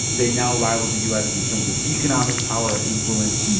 they now rival the u s. in terms of economic power and influence.